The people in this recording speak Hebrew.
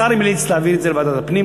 השר המליץ להעביר את זה לוועדת הפנים.